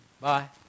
Bye